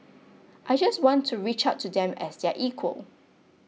I just want to reach out to them as their equal